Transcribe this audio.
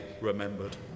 remembered